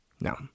No